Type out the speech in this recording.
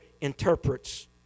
interprets